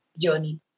journey